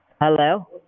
Hello